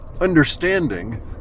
understanding